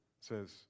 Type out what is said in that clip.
says